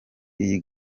iyi